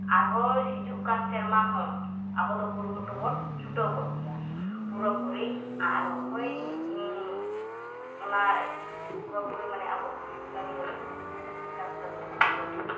ᱟᱨᱦᱚᱸ ᱦᱤᱡᱩᱜ ᱠᱟᱱ ᱥᱮᱨᱢᱟᱦᱚᱸ ᱟᱵᱚᱫᱚ ᱠᱩᱨᱩᱢᱩᱴᱩ ᱵᱚᱱ ᱪᱷᱩᱴᱟᱹᱣ ᱠᱚᱜ ᱜᱮᱭᱟ ᱯᱩᱨᱟᱹᱯᱩᱨᱤ ᱟᱨ ᱦᱳᱭ ᱚᱱᱟ ᱯᱩᱨᱟᱹᱯᱩᱨᱤ ᱢᱟᱱᱮ ᱟᱵᱚ ᱠᱟᱹᱢᱤ ᱨᱮᱵᱚᱱ ᱪᱟᱥ ᱠᱟᱹᱢᱤ ᱨᱮᱵᱚᱱ ᱪᱷᱩᱴᱟᱹᱣ ᱠᱚᱜᱼᱟ